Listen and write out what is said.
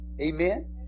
Amen